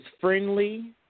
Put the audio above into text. friendly